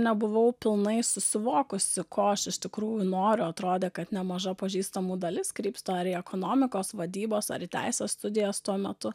nebuvau pilnai susivokusi ko aš iš tikrųjų noriu atrodė kad nemaža pažįstamų dalis krypsta ar į ekonomikos vadybos ar į teisės studijas tuo metu